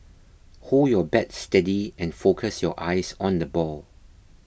hold your bat steady and focus your eyes on the ball